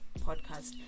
podcast